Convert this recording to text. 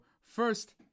first